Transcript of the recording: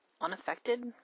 unaffected